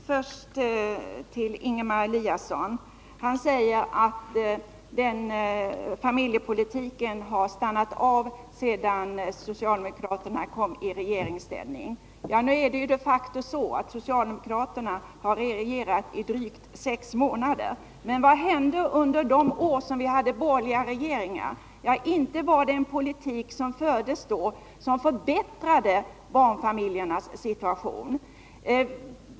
Herr talman! Först till Ingemar Eliasson. Han säger att familjepolitiken har stannat av sedan socialdemokraterna kom i regeringsställning. Nu är det de facto så att socialdemokraterna har regerat i drygt sex månader. Men vad hände under de år som vi hade borgerliga regeringar? Ja, inte förbättrade den politik som fördes då barnfamiljernas situation.